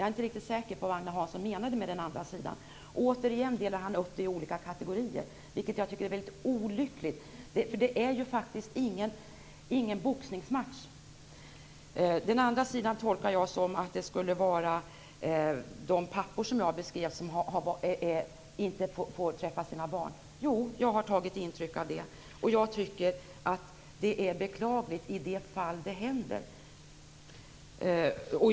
Jag är inte riktigt säker på vad Agne Hansson menade med den andra sidan. Han delar återigen upp det i olika kategorier, vilket jag tycker är mycket olyckligt. Det är ju faktiskt ingen boxningsmatch. Jag tolkar att den andra sidan skulle vara de pappor som jag beskrev som inte får träffa sina barn. Jo, jag har tagit intryck av det. Jag tycker att det är beklagligt när det händer.